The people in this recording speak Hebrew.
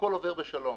הכול עובר בשלום,